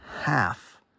half